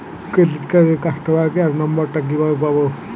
Credit কার্ডের customer care number টা কিভাবে পাবো?